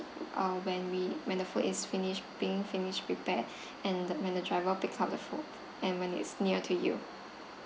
uh when we when the food is finished being finished prepare and the when the driver picks up the food and when it's near to you